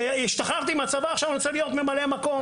השתחררתי מהצבא ועכשיו אני רוצה להיות ממלא מקום.